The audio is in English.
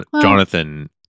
Jonathan